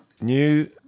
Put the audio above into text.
New